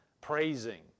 praising